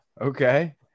Okay